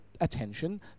attention